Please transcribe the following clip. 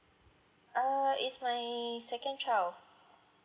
err it's my second child